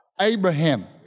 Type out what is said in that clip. Abraham